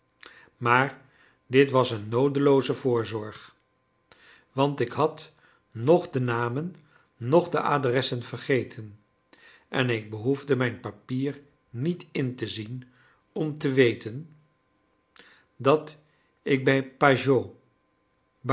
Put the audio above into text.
maar dit was een noodelooze voorzorg want ik had noch de namen noch de adressen vergeten en ik behoefde mijn papier niet in te zien om te weten dat ik bij